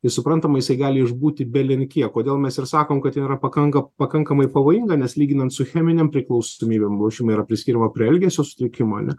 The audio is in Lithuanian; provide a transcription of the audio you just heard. tai suprantamai jisai gali išbūti belen kiek kodėl mes ir sakom kad yra pakanka pakankamai pavojinga nes lyginant su cheminėm priklausomybėm lošimai yra priskiriama prie elgesio sutrikimoane